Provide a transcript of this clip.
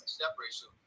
separation